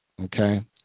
okay